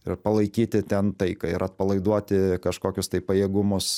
ir palaikyti ten taiką ir atpalaiduoti kažkokius tai pajėgumus